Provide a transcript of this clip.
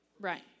right